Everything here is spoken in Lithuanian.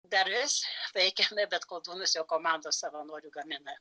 dar vis veikia bet koldūnus jau komanda savanorių gamina